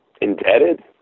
indebted